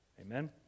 amen